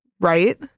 right